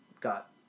got